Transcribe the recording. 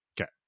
Okay